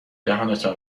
دهانتان